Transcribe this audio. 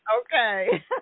Okay